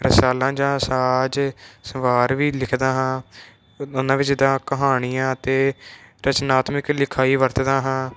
ਰਸਾਲਾ ਜਾ ਸਾਜ ਸਵਾਰ ਵੀ ਲਿਖਦਾ ਹਾਂ ਦੋਨਾਂ ਵਿੱਚ ਜਿੱਦਾਂ ਕਹਾਣੀਆਂ ਅਤੇ ਰਚਨਾਤਮਿਕ ਲਿਖਾਈ ਵਰਤਦਾ ਹਾਂ